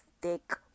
thick